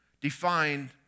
defined